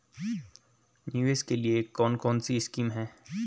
निवेश के लिए कौन कौनसी स्कीम हैं?